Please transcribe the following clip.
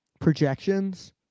Projections